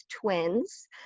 twins